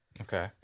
Okay